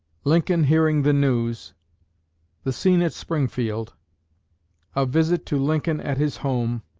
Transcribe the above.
lincoln hearing the news the scene at springfield a visit to lincoln at his home